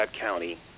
County